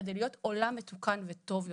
כדי להיות עולם מתוקן וטוב יותר.